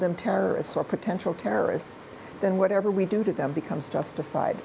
them terrorists or potential terrorists then whatever we do to them becomes justified